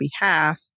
behalf